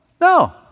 No